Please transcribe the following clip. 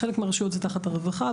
בחלק מהרשויות זה תחת הרווחה,